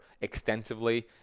extensively